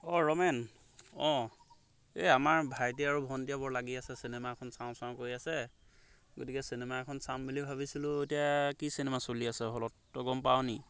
অঁ ৰমেন অঁ অঁ এই আমাৰ ভাইটিয়ে আৰু ভণ্টিয়ে বৰ লাগি আছে চিনেমা এখন চাওঁ চাওঁ কৈ আছে গতিকে চিনেমা এখন চাম বুলি ভাবিছিলোঁ এতিয়া কি চিনেমা চলি আছে হ'লত তই গম পাৱ নেকি